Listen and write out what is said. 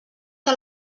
que